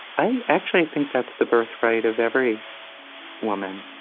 i actually think that's the birthright of every woman,